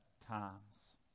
times